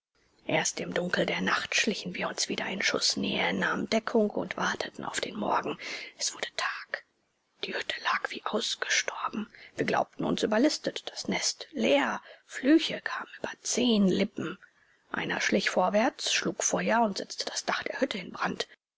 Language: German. erst im dunkel der nacht schlichen wir uns wieder in schußnähe nahmen deckung und warteten auf den morgen es wurde tag die hütte lag wie ausgestorben wir glaubten uns überlistet das nest leer flüche kamen über zehn lippen einer schlich vorwärts schlug feuer und setzte das dach der hütte in brand